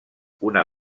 una